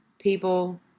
people